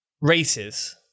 races